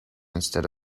instead